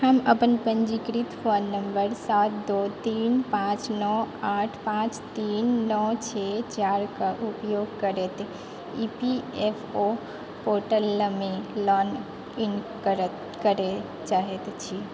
हम अपन पञ्जीकृत फोन नम्बर सात दो तीन पांँच नओ आठ पांँच तीन नओ छओ चारि कऽ उपयोग करैत ई पी एफ ओ पोर्टलमे लॉग इन करैत करैत चाहैत छी